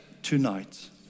Tonight